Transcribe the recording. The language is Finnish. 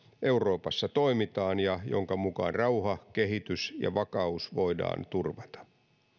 euroopassa toimitaan ja joiden mukaan rauha kehitys ja vakaus voidaan turvata